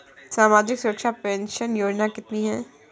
सामाजिक सुरक्षा पेंशन योजना कितनी हैं?